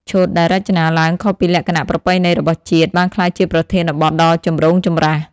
ឈុតដែលរចនាឡើងខុសពីលក្ខណៈប្រពៃណីរបស់ជាតិ បានក្លាយជាប្រធានបទដ៏ចម្រូងចម្រាស។